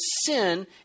sin